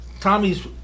Tommy's